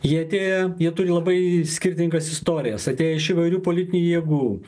jie atėję jie turi labai skirtingas istorijas atėję iš įvairių politinių jėgų